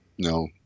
No